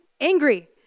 angry